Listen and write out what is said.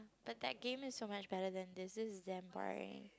but that game is so much better than this is damn boring